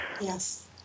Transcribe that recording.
yes